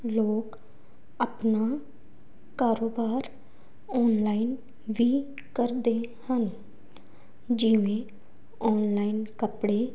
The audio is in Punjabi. ਲੋਕ ਆਪਣਾ ਕਾਰੋਬਾਰ ਆਨਲਾਈਨ ਵੀ ਕਰਦੇ ਹਨ ਜਿਵੇਂ ਆਨਲਾਈਨ ਕੱਪੜੇ